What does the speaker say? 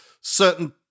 certain